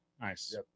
nice